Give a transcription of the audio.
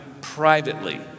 privately